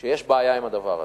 שיש בעיה עם הדבר הזה.